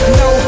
no